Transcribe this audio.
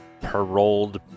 paroled